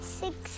six